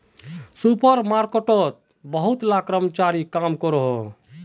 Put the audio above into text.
super मार्केटोत बहुत ला कर्मचारी काम करोहो